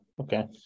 okay